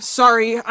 sorry